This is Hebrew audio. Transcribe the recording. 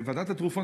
וועדת התרופות,